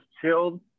chilled